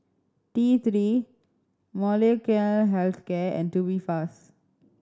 T Three Molnylcke Health Care and Tubifast